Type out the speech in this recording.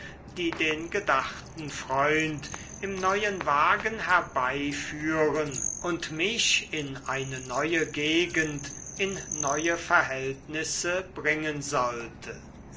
die den gedachten freund im neuen wagen herbeiführen und mich in eine neue gegend in neue verhältnisse bringen sollte